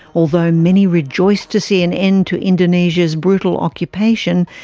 although many rejoiced to see an end to indonesia's brutal occupation,